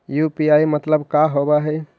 UPI मतलब का होब हइ?